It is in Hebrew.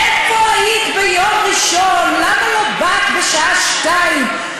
איפה היית ביום ראשון, למה לא באת בשעה 14:00?